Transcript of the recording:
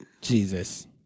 Jesus